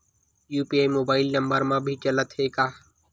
UPI mobile number मा भी चलते हे का?